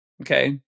okay